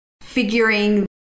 figuring